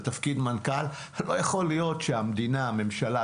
לתפקיד מנכ"ל לא יכול להיות המדינה הממשלה,